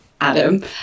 Adam